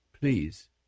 Please